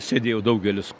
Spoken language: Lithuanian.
sėdėjo daugelis